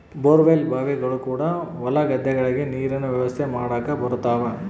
bore well ಬಾವಿಗಳು ಕೂಡ ಹೊಲ ಗದ್ದೆಗಳಿಗೆ ನೀರಿನ ವ್ಯವಸ್ಥೆ ಮಾಡಕ ಬರುತವ